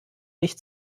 nicht